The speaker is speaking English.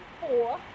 four